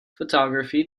photography